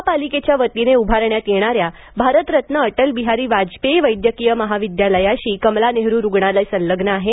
महापालिकेच्या वतीने उभारण्यात येणा या भारतरत्न अटल बिहारी वाजपेयी वैद्यकीय महाविद्यालयाशी कमला नेहरू रूग्णालय संलग्न आहे